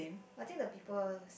I think the people